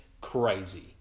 crazy